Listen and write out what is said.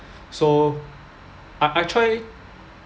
so I I try